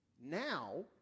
now